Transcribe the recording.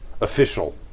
official